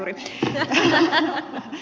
tuli äkkiä